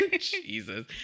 Jesus